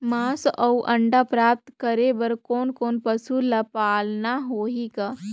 मांस अउ अंडा प्राप्त करे बर कोन कोन पशु ल पालना होही ग?